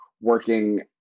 working